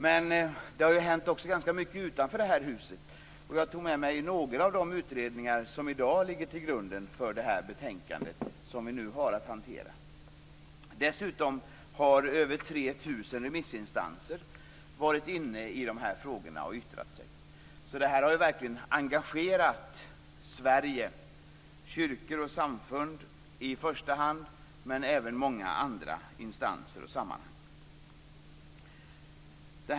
Men det har ju också hänt ganska mycket utanför det här huset. Jag tog med mig några av de utredningar som i dag ligger till grund för det betänkande som vi nu har att hantera. Dessutom har över 3 000 remissinstanser yttrat sig i frågorna. Så detta har verkligen engagerat Sverige, kyrkor och samfund i första hand men även många andra instanser.